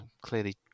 clearly